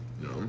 No